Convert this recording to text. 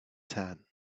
tan